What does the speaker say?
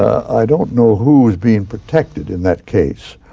i don't know who is being protected in that case.